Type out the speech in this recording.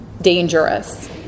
dangerous